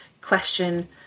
question